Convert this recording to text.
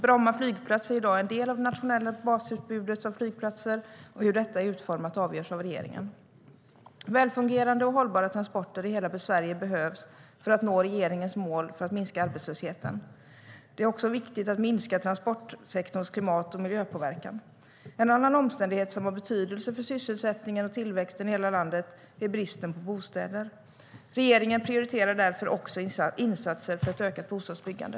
Bromma flygplats är i dag en del av det nationella basutbudet av flygplatser, och hur detta är utformat avgörs av regeringen. Välfungerande och hållbara transporter i hela Sverige behövs för att nå regeringens mål för att minska arbetslösheten. Det är också viktigt att minska transportsektorns klimat och miljöpåverkan. En annan omständighet som har betydelse för sysselsättningen och tillväxten i hela landet är bristen på bostäder. Regeringen prioriterar därför också insatser för ett ökat bostadsbyggande.